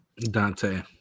Dante